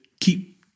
keep